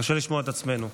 קשה לשמוע את עצמנו.